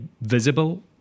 visible